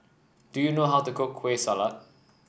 do you know how to cook Kueh Salat